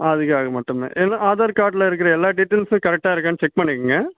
அதுக்காக மட்டும் எல்லா ஆதார் கார்டில் இருக்கிற எல்லா டீட்டெயில்ஸும் கரெக்டாக இருக்கான்னு செக் பண்ணிக்கங்க